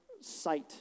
sight